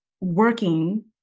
working